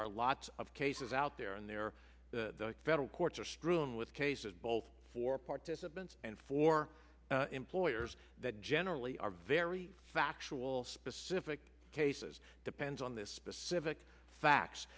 are lots of cases out there and there are the federal courts are strewn with cases both for participants and for employers that generally are very actual specific cases depends on this specific facts